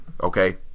Okay